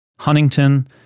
Huntington